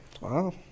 Wow